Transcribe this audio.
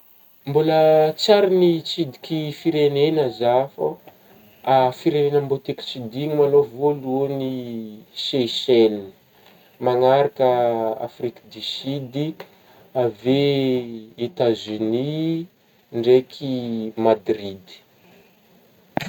Mbôla tsary nitsidiky firenegna zah fô, a firegnena mbô tiako tsidihagna ma lô, voalohany Seychelles manaraka Afriky du Sudy avy eo Etats Unies ndraiky Madridy.